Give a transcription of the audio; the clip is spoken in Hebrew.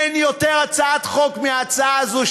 אין יותר רכה מהצעת החוק הזו,